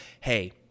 hey